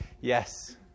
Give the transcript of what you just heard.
yes